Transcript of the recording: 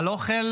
על אוכל